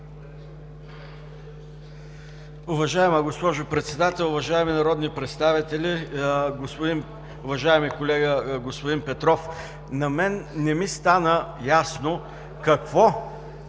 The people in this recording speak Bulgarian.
Уважаема госпожо Председател, уважаеми народни представители, уважаеми колега господин Петров! На мен не ми стана ясно какво